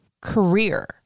career